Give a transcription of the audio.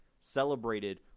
celebrated